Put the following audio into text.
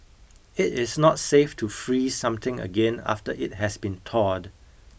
it is not safe to freeze something again after it has been thawed